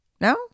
No